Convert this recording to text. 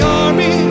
army